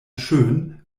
schön